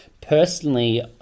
Personally